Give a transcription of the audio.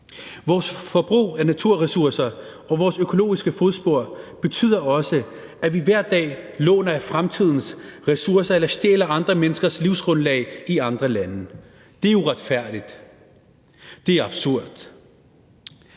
Vores forbrug af naturressourcer og vores økologiske fodspor betyder også, at vi hver dag låner af fremtidens ressourcer eller stjæler andre menneskers livsgrundlag i andre lande. Det er uretfærdigt, det er absurd.